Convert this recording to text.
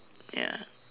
ya